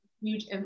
huge